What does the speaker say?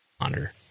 honor